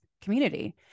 community